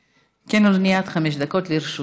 כן, אדוני, עד חמש דקות לרשותך.